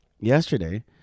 yesterday